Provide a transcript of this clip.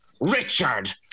Richard